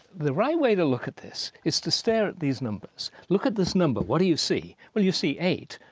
the right way to look at this is to stare at these numbers. look at this number. what do you see? well you see eight,